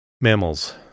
Mammals